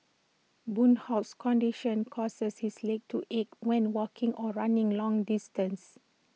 boon Hock's condition causes his legs to ache when walking or running long distances